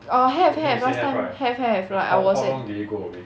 err have have last time have have like I was at